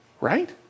right